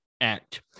act